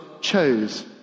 chose